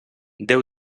déu